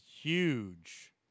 huge